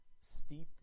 steeped